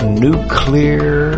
nuclear